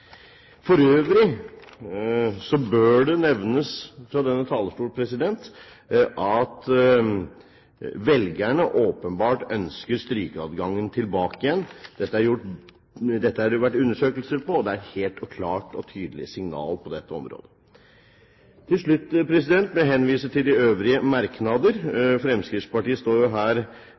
For øvrig bør det nevnes fra denne talerstol at velgerne åpenbart ønsker strykeadgangen tilbake. Dette har det vært undersøkelser på, og det er et helt klart og tydelig signal på dette området. Til slutt vil jeg henvise til de øvrige merknadene. Fremskrittspartiet står her